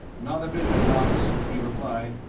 not a bit of it, knox, he replied,